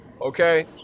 Okay